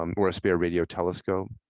um or a spare radio telescope.